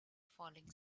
falling